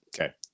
Okay